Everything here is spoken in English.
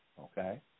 okay